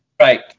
Right